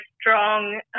strong